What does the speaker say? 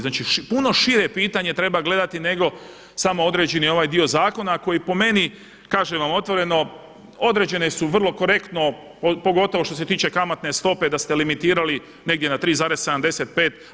Znači, puno šire pitanje treba gledati nego samo određeni ovaj dio zakona koji po meni kažem vam otvoreno odrađene su vrlo korektno pogotovo što se tiče kamatne stope da ste limitirali negdje na 3,75.